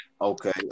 Okay